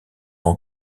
ans